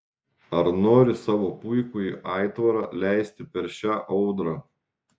ar nori savo puikųjį aitvarą leisti per šią audrą